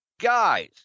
Guys